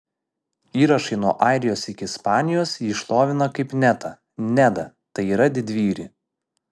įrašai nuo airijos iki ispanijos jį šlovina kaip netą nedą tai yra didvyrį